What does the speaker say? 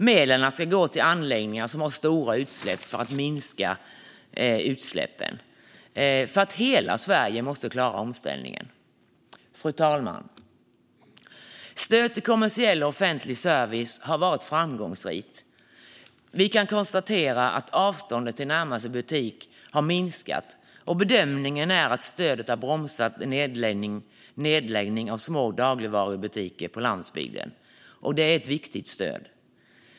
Medlen ska gå till anläggningar som har stora utsläpp, för att utsläppen ska minska. Hela Sverige måste klara omställningen. Fru talman! Stöd till kommersiell och offentlig service har varit framgångsrikt. Vi kan konstatera att avståndet till närmaste butik har minskat, och bedömningen är att stödet har bromsat nedläggning av små dagligvarubutiker på landsbygden. Det är ett viktigt stöd.